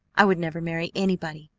i would never marry anybody!